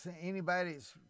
anybody's